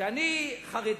שאני חרדי,